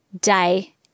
day